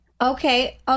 Okay